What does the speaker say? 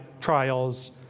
trials